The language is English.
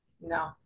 No